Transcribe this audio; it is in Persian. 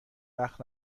وقت